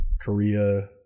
Korea